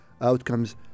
outcomes